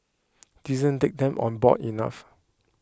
didn't take them on board enough